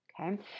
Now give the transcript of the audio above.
okay